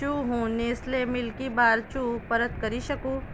શું હું Nestle Milkybar ચૂ પરત કરી શકું